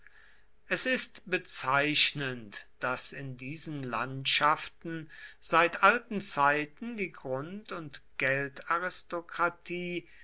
es ist bezeichnend daß in diesen landschaften seit alten zeiten die grund und